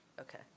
Okay